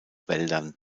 wäldern